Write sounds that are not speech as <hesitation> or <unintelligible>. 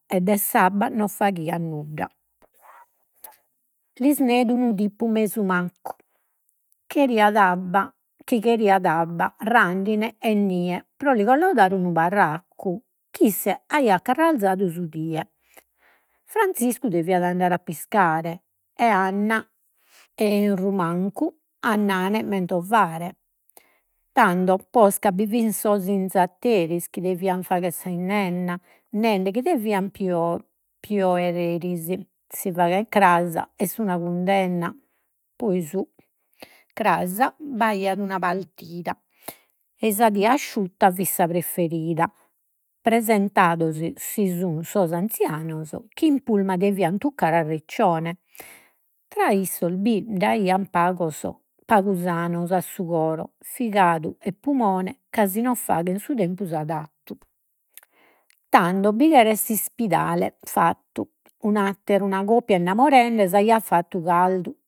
E de s'abba non faghiat nudda. <noise> Lis neit unu tipu mesu maccu, cheriat abba, chi cheriat abba randine e nie pro li collaudare unu barraccu, ch'isse aiat carrarzadu su die, Franziscu deviat andare a piscare, e Anna <unintelligible> mancu a <hesitation> mentovare. Tando posca bi fin sos inzatteris chi devian faghere sa 'innenna, nende chi deviat pio- pioere eris, si faghet cras est una cundenna, poi <hesitation> cras b'aiat una partida, ei sa die asciutta fit sa preferida. Presentados si sun sos anzianos chi in pullman devian tuccare a Riccione, tra issos <hesitation> nd'aian pagos pagu sanos a su coro, figadu e pumone ca si no faghet su tempus adattu, tando bi cheret s'ispidale fattu. Una atter'una coppia innamorende s'aiat fattu caldu